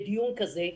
בדיון כזה.